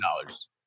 dollars